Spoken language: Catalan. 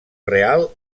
real